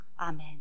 Amen